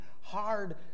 hard